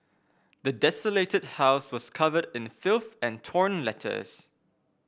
the desolated house was covered in filth and torn letters